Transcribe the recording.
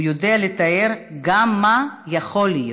הוא יודע לתאר גם מה יכול להיות.